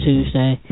Tuesday